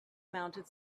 dismounted